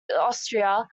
austria